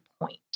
point